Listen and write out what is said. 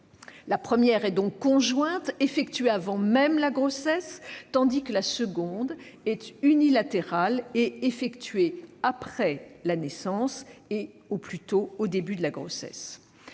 la première est donc conjointe, effectuée avant même la grossesse, tandis que la seconde est unilatérale et effectuée après la naissance ou, au plus tôt, au début de la grossesse.